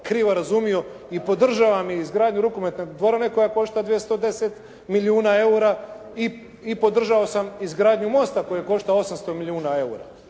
krivo razumio i podržavam i izgradnju rukometne dvorane koja košta 210 milijuna eura i podržao sam i izgradnju mosta koji košta 800 milijuna eura.